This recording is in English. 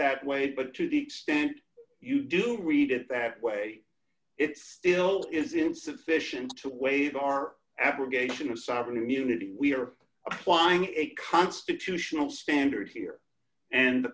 that way but to the extent you do read it that way it still is insufficient to waive our aggregation of sovereign immunity we are applying a constitutional standard here and